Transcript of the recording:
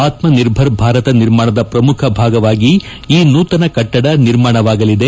ಆತ್ಮನಿರ್ಭರ್ ಭಾರತ ನಿರ್ಮಾಣದ ಪ್ರಮುಖ ಭಾಗವಾಗಿ ಈ ನೂತನ ಕಟ್ಟಡ ನಿರ್ಮಾಣವಾಗಲಿದೆ